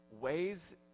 ways